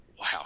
Wow